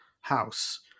house